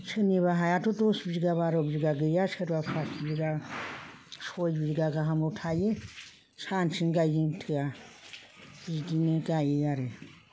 सोरनिबा हायाथ' दस बिगा बार' बिगा गैया सोरबा फास बिगा सय बिगा गाहामाव थायो सानसेनो गायनो थोया बिदिनो गायो आरो